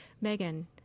Megan